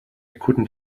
couldn’t